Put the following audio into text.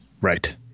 right